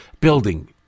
Building